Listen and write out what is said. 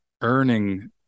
earning